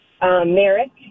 Merrick